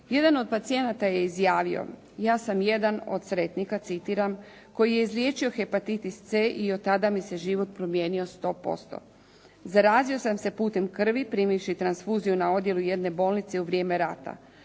Jedan od pacijenata je izjavio, citiram: „Ja sam jedan od sretnika koji je izliječio hepatitis C i od tada mi se život promijenio 100%. Zarazio sam se putem krvi primivši transfuziju na odjelu jedne bolnice u vrijeme rata.